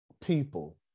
people